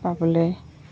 পাবলৈ